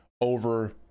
over